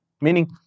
Meaning